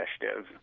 initiative